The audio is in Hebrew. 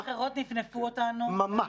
במילים אחרות, נפנפו אותנו -- ממש.